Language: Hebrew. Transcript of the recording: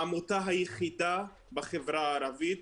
העמותה היחידה בחברה הערבית